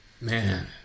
Man